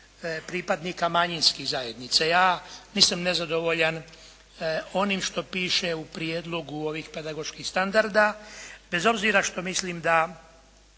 pripadnika manjinskih zajednica. Ja nisam nezadovoljan onim što piše u prijedlogu ovih pedagoških standarda, bez obzira što mislim da